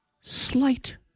slight